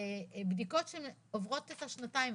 בדיקות שעוברות את השנתיים.